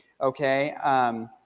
okay